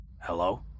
Hello